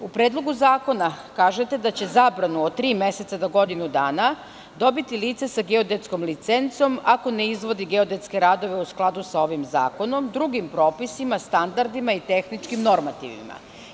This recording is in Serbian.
U Predlogu zakona kažete da će zabranu od tri meseca do godinu dana dobiti lice sa geodetskom licencom ako ne izvodi geodetske radove u skladu sa ovim zakonom, drugim propisima i standardima i tehničkim normativima.